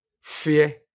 fear